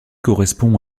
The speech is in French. correspond